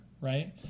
right